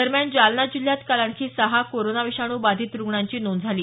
दरम्यान जालना जिल्ह्यात काल आणखी सहा कोरोना विषाणू बाधित रुग्णांची नोंद झाली